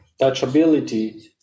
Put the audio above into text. touchability